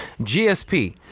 gsp